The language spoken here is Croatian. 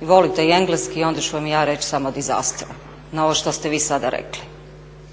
i volite i engleski onda ću vam ja reći samo disaster na ovo što ste vi sada rekli.